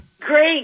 Great